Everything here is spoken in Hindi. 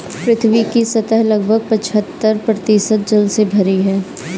पृथ्वी की सतह लगभग पचहत्तर प्रतिशत जल से भरी है